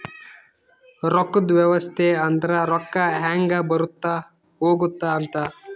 ರೊಕ್ಕದ್ ವ್ಯವಸ್ತೆ ಅಂದ್ರ ರೊಕ್ಕ ಹೆಂಗ ಬರುತ್ತ ಹೋಗುತ್ತ ಅಂತ